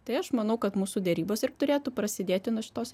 tai aš manau kad mūsų derybos ir turėtų prasidėti nuo šitos